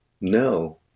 No